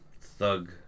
thug